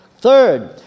Third